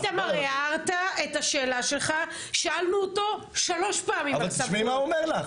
מירב, תשמעי מה הוא אומר לך.